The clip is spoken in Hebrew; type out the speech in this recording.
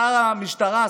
שר המשטרה,